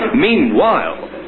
Meanwhile